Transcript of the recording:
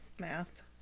Math